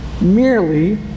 merely